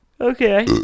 Okay